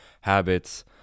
habits